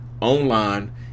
online